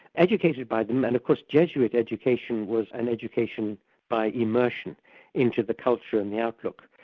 educated by them, and of course jesuit education was an education by immersion into the culture and the outlook.